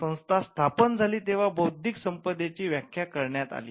संस्था स्थापन झाली तेंव्हा बौद्धिक संपदेची व्याख्या करण्यात आली